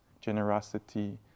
generosity